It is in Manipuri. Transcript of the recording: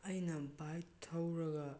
ꯑꯩꯅ ꯕꯥꯏꯛ ꯊꯧꯔꯒ